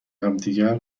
همدیگر